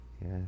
Yes